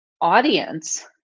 audience